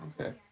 Okay